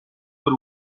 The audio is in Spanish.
por